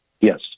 Yes